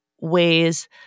ways